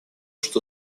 что